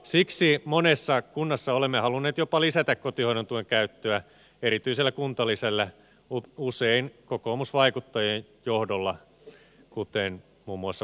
siksi monessa kunnassa olemme halunneet jopa lisätä kotihoidon tuen käyttöä erityisellä kuntalisällä usein kokoomusvaikuttajien johdolla kuten muun muassa porissa